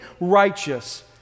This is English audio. righteous